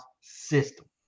system